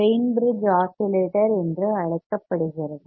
வெய் bridge oscillator என்று அழைக்கப்படுகிறது